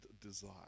desire